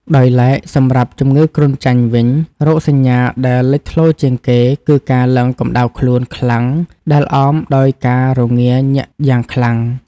ដោយឡែក សម្រាប់ជំងឺគ្រុនចាញ់វិញ រោគសញ្ញាដែលលេចធ្លោជាងគេគឺការឡើងកម្ដៅខ្លួនខ្លាំងដែលអមដោយការរងាញាក់យ៉ាងខ្លាំង។